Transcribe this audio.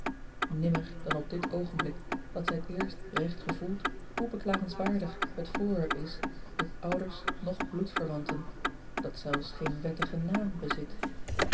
immer dan op dit oogenblik had zij t eerst recht gevoeld hoe beklagenswaardig het voorwerp is dat ouders noch bloedverwanten dat zelfs geen wettigen naam bezit